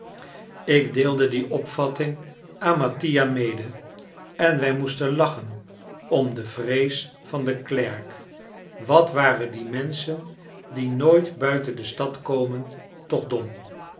ik deelde die opvatting aan mattia mede en wij moesten lachen om de vrees van den klerk wat waren die menschen die nooit buiten de stad komen toch dom